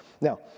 Now